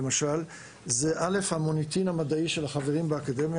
זה המוניטין המדעי של החברים באקדמיה.